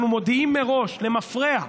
אנחנו מודיעים מראש, למפרע,